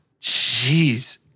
Jeez